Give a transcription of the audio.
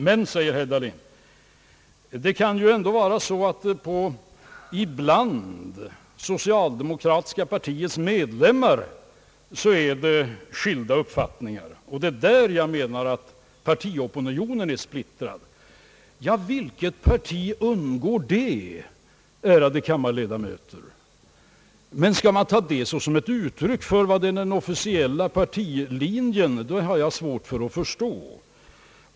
Men, säger herr Dahlén, bland socialdemokratiska partiets medlemmar kan det ju finnas skilda uppfattningar, och således är opinionen inom partiet splittrad. Vilket parti undgår det, ärade kammarledamöter? Att man skall ta det som ett uttryck för den officiella pariilinjen, har jag svårt att förstå.